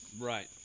Right